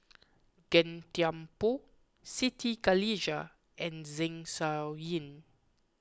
Gan Thiam Poh Siti Khalijah and Zeng Shouyin